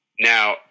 Now